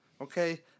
Okay